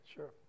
Sure